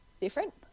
different